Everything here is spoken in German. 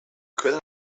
können